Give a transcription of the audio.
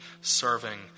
serving